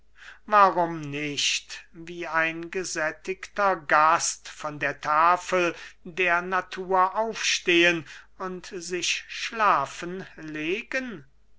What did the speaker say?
warum nicht wie ein gesättigter gast von der tafel der natur aufstehen und sich schlafen legen